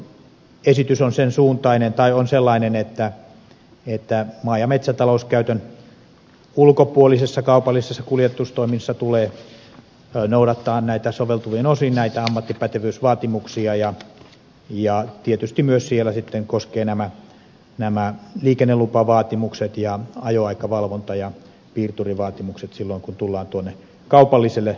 nyt kuitenkin esitys on sen suuntainen tai on sellainen että maa ja metsätalouskäytön ulkopuolisessa kaupallisessa kuljetustoiminnassa tulee noudattaa soveltuvin osin näitä ammattipätevyysvaatimuksia ja tietysti myös siellä sitten koskevat nämä liikennelupavaatimukset ja ajoaikavalvonta ja piirturivaatimukset silloin kun tullaan tuonne kaupalliselle puolelle